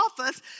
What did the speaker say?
office